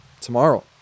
tomorrow